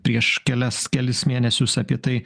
prieš kelias kelis mėnesius apie tai